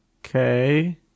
Okay